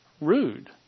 rude